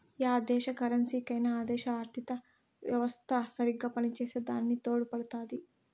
yeah దేశ కరెన్సీకైనా ఆ దేశ ఆర్థిత యెవస్త సరిగ్గా పనిచేసే దాని తోడుపడుతాది